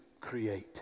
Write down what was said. create